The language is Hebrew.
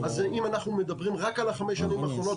אז אם אנחנו מדברים רק על החמש שנים האחרונות,